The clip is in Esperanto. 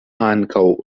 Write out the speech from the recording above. ankaŭ